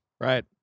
Right